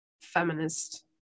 feminist